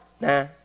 Nah